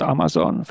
Amazon